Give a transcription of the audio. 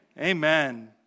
Amen